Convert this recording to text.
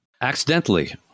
Accidentally